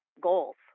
goals